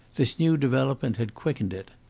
this new development had quickened it.